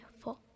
four